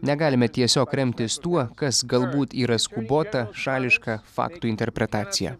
negalime tiesiog remtis tuo kas galbūt yra skubota šališka faktų interpretacija